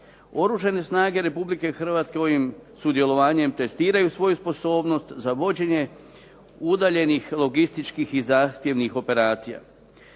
Oružane snage Republike Hrvatske ovim sudjelovanjem testiraju svoju sposobnost za vođenje udaljenih logističkih i zahtjevnih operacija.